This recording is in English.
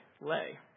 lay